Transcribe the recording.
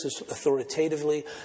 authoritatively